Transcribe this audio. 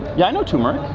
yeah, i know turmeric.